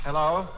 Hello